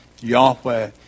Yahweh